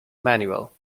manuel